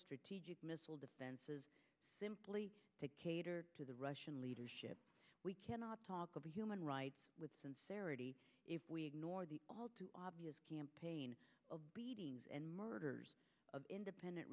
strategic missile defenses simply to cater to the russian leadership we cannot talk about human rights with sincerity if we ignore the all too obvious campaign of beatings and murders of independent